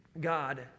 God